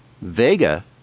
Vega